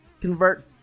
convert